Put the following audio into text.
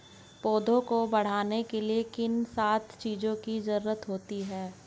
पौधों को बढ़ने के लिए किन सात चीजों की जरूरत होती है?